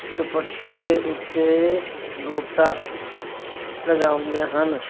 ਦੁਪੱਟੇ ਉੱਤੇ ਗੋਟਾ ਲਗਾਉਂਦੀਆਂ ਹਨ